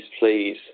please